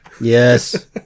Yes